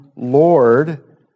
Lord